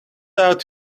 out